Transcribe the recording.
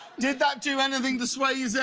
did that do anything to sway you? yeah